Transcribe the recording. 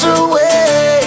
away